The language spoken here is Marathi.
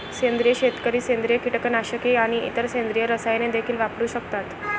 सेंद्रिय शेतकरी सेंद्रिय कीटकनाशके आणि इतर सेंद्रिय रसायने देखील वापरू शकतात